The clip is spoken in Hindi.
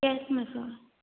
कैश में सर